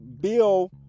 bill